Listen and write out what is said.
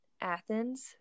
Athens